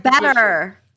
better